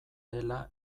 dela